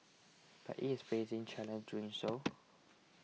but it is facing challenges doing so